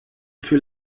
für